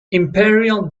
imperial